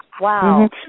Wow